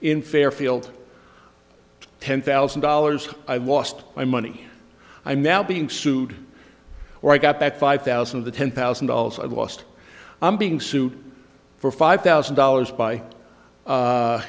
in fairfield ten thousand dollars i lost my money i'm now being sued or i got that five thousand of the ten thousand dollars i lost i'm being sued for five thousand dollars by